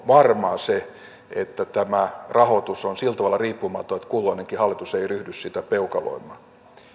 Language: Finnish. varmaa se että tämä rahoitus on sillä tavalla riippumaton että kulloinenkin hallitus ei ryhdy sitä peukaloimaan